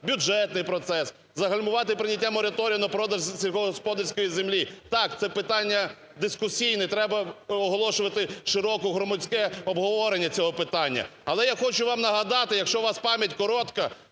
бюджетний процес, загальмувати прийняття мораторію на продаж сільськогосподарської землі. Так, це питання дискусійне, треба проголошувати широке громадське обговорення цього питання. Але я хочу вам нагадати, якщо у вас пам'ять коротка,